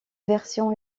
version